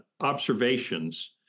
observations